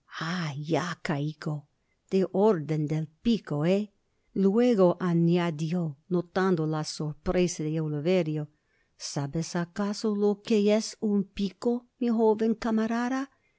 ya caigo de orden del pico me luego añadió notando la sorpresa de oliverio sabes acaso lo que es un pico mi